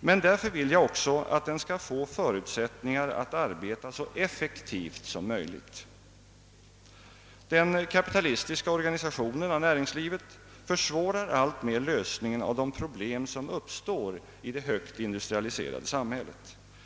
Men därför vill jag också att den skall få förutsättningar att arbeta så effektivt som möjligt. Den kapitalistiska organisationen av näringslivet försvårar alltmer lösningen av de problem som uppstår i det högt industrialiserade samhället.